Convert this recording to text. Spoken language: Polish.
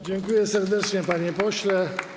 Dziękuję serdecznie, panie pośle.